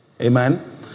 Amen